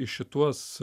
į šituos